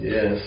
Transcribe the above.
Yes